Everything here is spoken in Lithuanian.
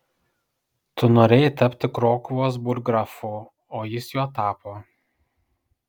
tu norėjai tapti krokuvos burggrafu o jis juo tapo